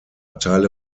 teile